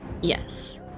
Yes